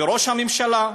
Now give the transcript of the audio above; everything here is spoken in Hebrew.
וראש הממשלה,